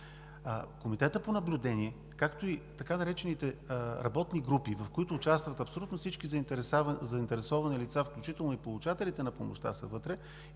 Комитетът по наблюдение, както и така наречените „работни групи“, в които участват абсолютно всички заинтересовани лица, включително и получателите на помощта са вътре,